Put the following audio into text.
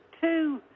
two